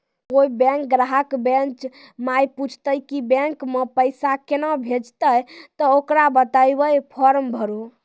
कोय बैंक ग्राहक बेंच माई पुछते की बैंक मे पेसा केना भेजेते ते ओकरा बताइबै फॉर्म भरो